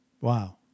Wow